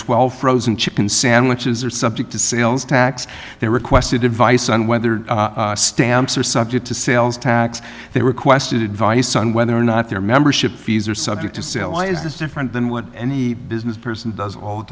twelve frozen chicken sandwiches are subject to sales tax they requested advice on whether stamps are subject to sales tax they requested advice on whether or not their membership fees are subject to sale why is this different than what any business person does all the